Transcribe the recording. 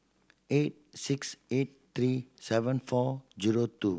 eight six eight three seven four zero two